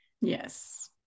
yes